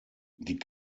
die